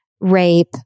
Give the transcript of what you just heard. rape